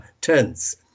tense